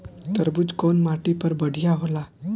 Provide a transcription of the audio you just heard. तरबूज कउन माटी पर बढ़ीया होला?